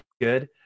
good